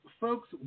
folks